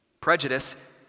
Prejudice